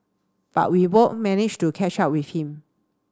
but we both managed to catch up with him